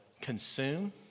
consume